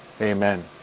Amen